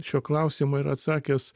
šio klausimo ir atsakęs